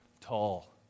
tall